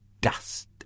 dust